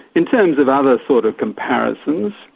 in terms of other sort of comparisons,